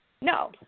No